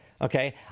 Okay